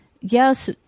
yes